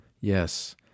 Yes